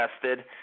tested